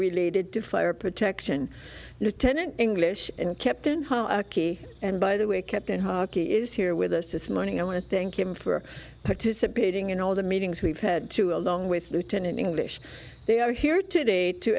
related to fire protection lieutenant english kept in hockey and by the way kept in hockey is here with us this morning i want to thank him for participating in all the meetings we've had to along with lieutenant english they are here today to